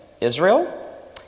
Israel